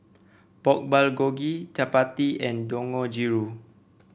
Pork Bulgogi Chapati and Dangojiru